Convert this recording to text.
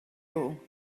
all